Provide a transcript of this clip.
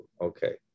Okay